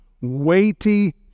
weighty